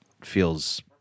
feels